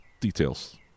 Details